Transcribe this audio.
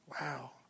Wow